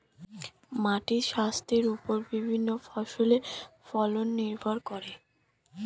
মাটির স্বাস্থ্যের ওপর বিভিন্ন ফসলের ফলন নির্ভর করে